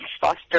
Foster